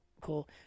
cool